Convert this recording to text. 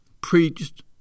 preached